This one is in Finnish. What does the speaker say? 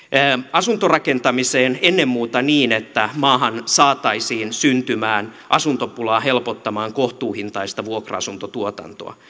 asuntorakentamiseen ennen muuta niin että maahan saataisiin syntymään asuntopulaa helpottamaan kohtuuhintaista vuokra asuntotuotantoa